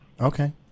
Okay